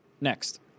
next